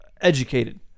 educated